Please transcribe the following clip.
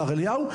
השר אליהו,